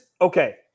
okay